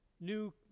new